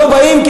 לא באים,